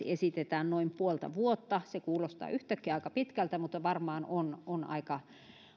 esitetään noin puolta vuotta se kuulostaa yhtäkkiä aika pitkältä mutta varmaan on on aika